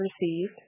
received